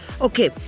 okay